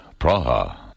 Praha